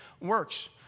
works